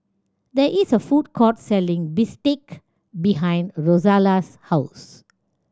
there is a food court selling bistake behind Rozella's house